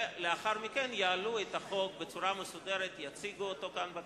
ולאחר מכן יעלו את החוק בצורה מסודרת יציגו אותו כאן בכנסת,